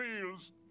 feels